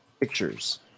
pictures